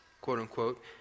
quote-unquote